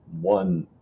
one